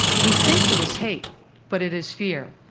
we think it is hate but it is fear.